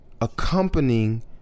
accompanying